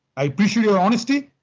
i appreciate your honesty.